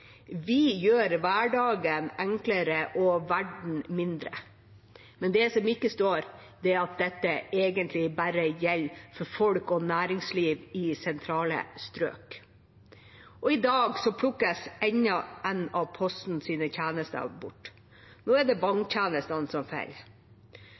gjør hverdagen enklere og verden mindre.» Men det som ikke står, er at dette egentlig bare gjelder for folk og næringsliv i sentrale strøk. I dag plukkes enda en av Postens tjenester bort. Nå er det